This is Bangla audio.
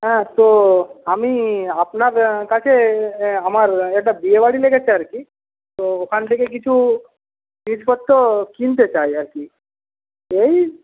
হ্যাঁ তো আমি আপনার কাছে আমার একটা বিয়েবাড়ি লেগেছে আর কি তো ওখান থেকে কিছু জিনিসপত্র কিনতে চাই আর কি এই